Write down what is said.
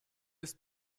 ist